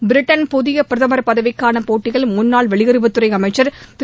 Britain புதிய பிரதமர் பதவிக்கான போட்டியில் முன்னாள் வெளியுறவுத் துறை அமைச்சர் திரு